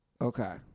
Okay